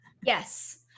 Yes